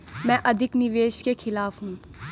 मैं अधिक निवेश के खिलाफ हूँ